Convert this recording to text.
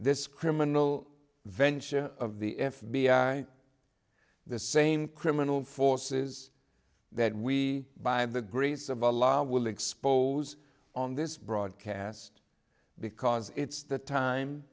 this criminal venture of the f b i the same criminal forces that we by the grace of our law will expose on this broadcast because it's the time